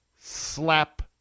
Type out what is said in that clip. Slap